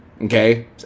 Okay